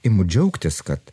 imu džiaugtis kad